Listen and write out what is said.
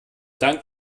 dank